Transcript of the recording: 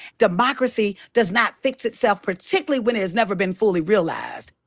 democracy does not fix itself particularly when it has never been fully realized.